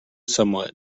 somewhat